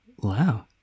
Wow